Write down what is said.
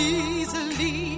easily